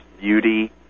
beauty